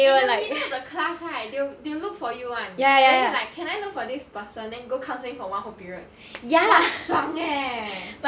in the middle of the class right they will they will look for you [one] then they're can I look for this person then go counselling for one whole period !wah! 爽 eh